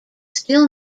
still